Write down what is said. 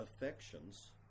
affections